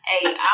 Hey